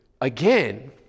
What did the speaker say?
again